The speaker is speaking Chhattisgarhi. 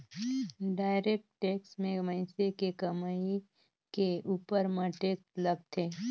डायरेक्ट टेक्स में मइनसे के कमई के उपर म टेक्स लगथे